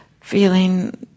feeling